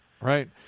right